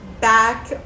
back